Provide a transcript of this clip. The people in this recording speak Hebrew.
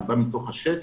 אני בא מתוך השטח.